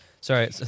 Sorry